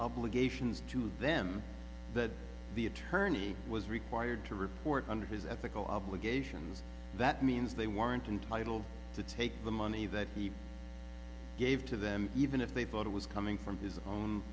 obligations to them that the attorney was required to report under his ethical obligations that means they weren't entitled to take the money that he gave to them even if they thought it was coming from his own